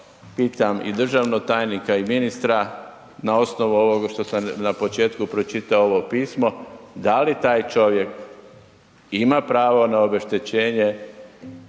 pitam i državnog tajnika i ministra, na osnovu ovog što sam na početku pročitao ovo pismo, da li taj čovjek ima pravo na obeštećenje